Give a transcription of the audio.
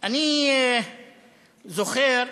אני זוכר,